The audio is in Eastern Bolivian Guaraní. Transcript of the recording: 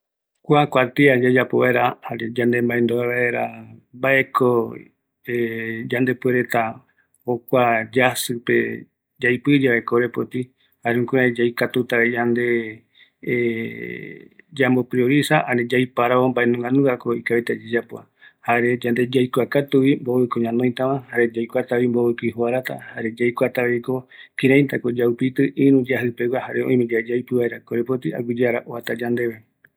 Opaeteko ikavi yaiparavo mbaeko yayapotava, jare yaikuata mbovɨ ñanoiva, ñamaetako mbae mbaeko yamboepɨtava, aguiye vaera oata yandeve